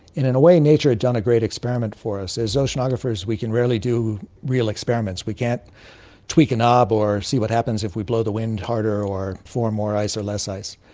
in in a way nature had done a great experiment for us. as oceanographers we can rarely do real experiments, we can't tweak a knob or see what happens if we blow the wind harder or form more ice or less ice,